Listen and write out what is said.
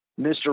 Mr